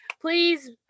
Please